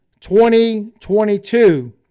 2022